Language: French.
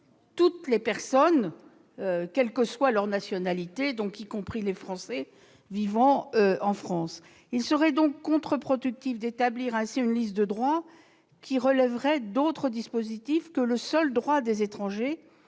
vivant en France, quelle que soit leur nationalité, y compris par conséquent les Français. Il serait donc contre-productif d'établir ainsi une liste de droits qui relèveraient d'autres domaines que du seul droit des étrangers,